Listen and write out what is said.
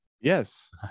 Yes